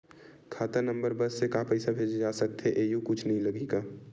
खाता नंबर बस से का पईसा भेजे जा सकथे एयू कुछ नई लगही का?